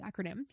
acronym